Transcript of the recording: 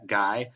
guy